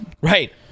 Right